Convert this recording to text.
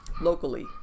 locally